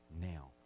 Now